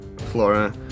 Flora